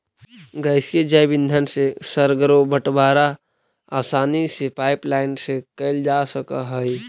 गैसीय जैव ईंधन से सर्गरो बटवारा आसानी से पाइपलाईन से कैल जा सकऽ हई